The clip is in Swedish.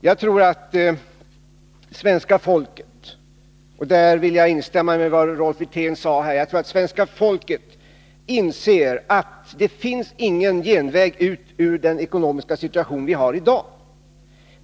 Jag tror att svenska folket — i det avseendet vill jag instämma i vad Rolf Wirtén sade här — inser att det inte finns någon genväg ut ur den ekonomiska situation som vi har i dag.